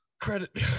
Credit